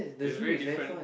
it's very different